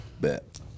bet